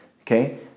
Okay